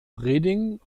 reding